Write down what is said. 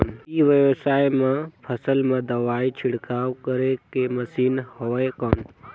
ई व्यवसाय म फसल मा दवाई छिड़काव करे के मशीन हवय कौन?